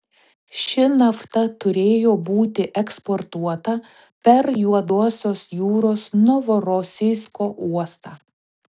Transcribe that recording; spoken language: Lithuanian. ši nafta turėjo būti eksportuota per juodosios jūros novorosijsko uostą